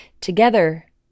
Together